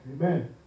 Amen